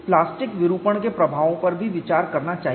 plastic विरूपण के प्रभावों पर भी विचार करना चाहिए